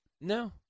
No